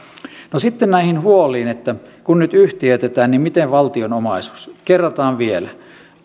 no sitten näihin huoliin että kun nyt yhtiöitetään niin miten valtion omaisuus kerrataan vielä